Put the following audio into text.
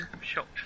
Shocked